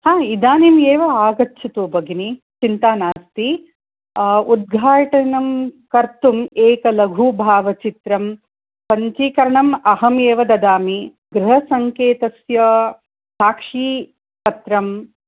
हां इदानीम् एव आगच्छतु भगिनी चिन्ता नास्ति उद्घाटनं कर्तुं एकं लघुभावचित्रं पञ्चीकरणम् अहमेव ददामि गृह सङ्केतस्य साक्षी पत्रं